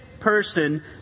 person